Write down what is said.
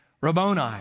Rabboni